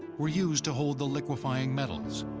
were used to hold the liquefying metals.